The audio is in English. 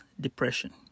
depression